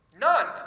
None